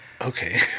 okay